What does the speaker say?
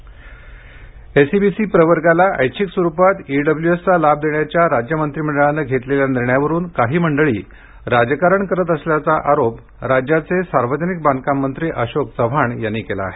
Maratha Chavan SEBC प्रवर्गाला ऐच्छिक स्वरूपात ईडब्ल्यूएसचा लाभ देण्याच्या राज्य मंत्रिमंडळानं घेतलेल्या निर्णयावरून काही मंडळी राजकारण करत असल्याचा आरोप राज्याचे सार्वजनिक बांधकाम मंत्री अशोक चव्हाण यांनी केला आहे